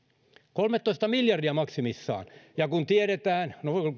kolmetoista miljardia maksimissaan ja kun tiedetään no